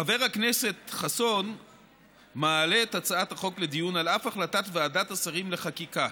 חבר הכנסת חסון מעלה את הצעת החוק לדיון על אף החלטת ועדת השרים לחקיקה,